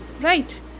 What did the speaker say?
right